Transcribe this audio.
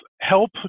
help